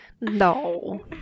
No